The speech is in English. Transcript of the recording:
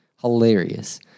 Hilarious